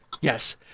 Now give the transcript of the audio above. Yes